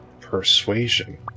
persuasion